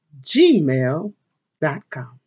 gmail.com